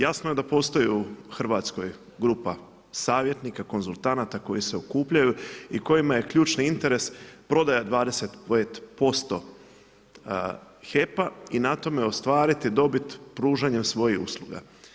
Jasno je da postoji u Hrvatskoj grupa savjetnika konzultanata koji se okupljaju i kojima je ključni interes prodaja 25% HEP-a i na tome ostvariti dobit pružanja svojih usluga.